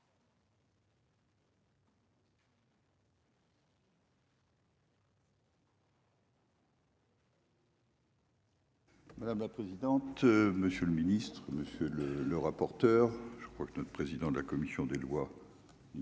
Madame la présidente, monsieur le Ministre, Monsieur le, le rapporteur je crois que notre président de la commission des lois